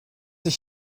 ich